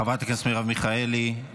חברת הכנסת מרב מיכאלי, איננה,